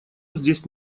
здесь